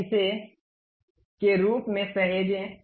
अब इसे के रूप में सहेजें